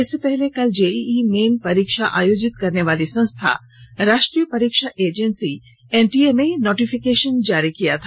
इससे पहले कल जेईई मेन परीक्षा आयोजित करने वाली संस्था राष्ट्रीय परीक्षा एजेन्सी एनटीए में नोटिफिकेशन जारी किया था